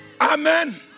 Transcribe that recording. Amen